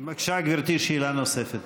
בבקשה, גברתי, שאלה נוספת.